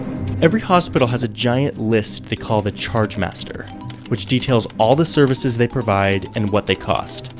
every hospital has a giant list they call the chargemaster which details all the services they provide and what they cost.